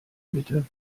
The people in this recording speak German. bitte